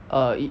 err 一